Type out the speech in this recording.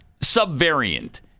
subvariant